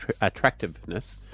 attractiveness